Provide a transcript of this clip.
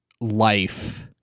life